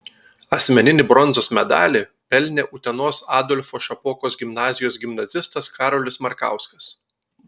asmeninį bronzos medalį pelnė utenos adolfo šapokos gimnazijos gimnazistas karolis markauskas